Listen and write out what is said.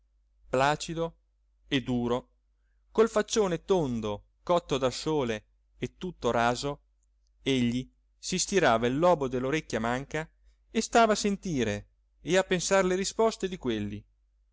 placido e duro col faccione tondo cotto dal sole e tutto raso egli si stirava il lobo dell'orecchia manca e stava a sentire e a pensar le risposte di quelli